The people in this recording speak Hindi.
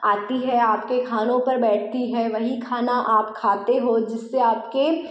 आती है आपके खानों पर बैठी है वही खाना आप खाते हो जिससे आपके